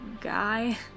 Guy